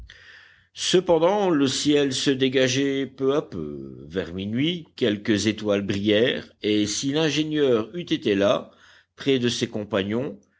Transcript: cependant le ciel se dégageait peu à peu vers minuit quelques étoiles brillèrent et si l'ingénieur eût été là près de ses compagnons